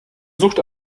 sucht